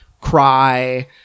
cry